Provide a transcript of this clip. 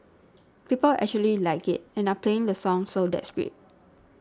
people actually like it and are playing the song so that's great